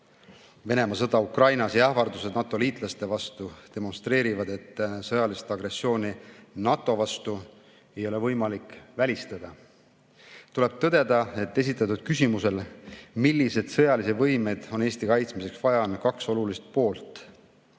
Venemaa sõda Ukrainas ja ähvardused NATO liitlaste vastu demonstreerivad, et sõjalist agressiooni NATO vastu ei ole võimalik välistada. Tuleb tõdeda, et esitatud küsimusel, milliseid sõjalisi võimeid on Eesti kaitsmiseks vaja, on kaks olulist poolt.